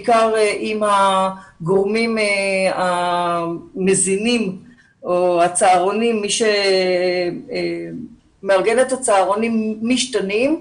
בעיקר עם הגורמים המזינים או עם הגורמים שמארגנים את הצהרונים שמשתנים.